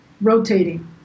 rotating